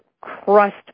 crust